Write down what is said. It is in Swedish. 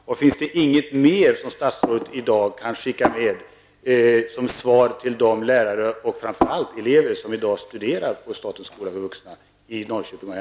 Kan statsrådet i dag inte skicka med något mera som svar till lärarna och framför allt till de elever som i dag studerar vid statens skola för vuxna i Norrköping och